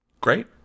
great